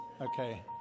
okay